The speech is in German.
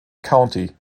county